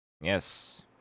Yes